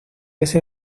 ese